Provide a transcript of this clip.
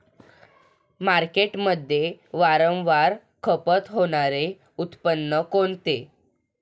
मार्केटमध्ये वारंवार खपत होणारे उत्पादन कोणते?